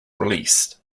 released